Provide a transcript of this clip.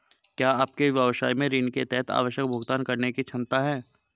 क्या आपके व्यवसाय में ऋण के तहत आवश्यक भुगतान करने की क्षमता है?